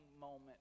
moment